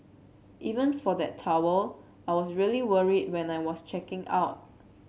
even for that towel I was really worried when I was checking out